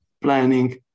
planning